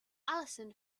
allison